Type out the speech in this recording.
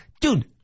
dude